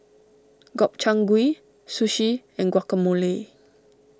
Gobchang Gui Sushi and Guacamole